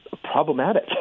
problematic